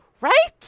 Right